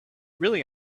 really